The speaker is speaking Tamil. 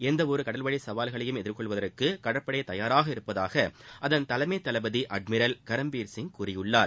எந்தவொரு கடல்வழி கவால்களையும் எதிர்கொள்வதற்கு கடற்படை தயாராக இருப்பதாக அதன் தலைமை தளபதி அட்மிரல் கரம்பீர் சிங் கூறியுள்ளார்